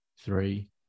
three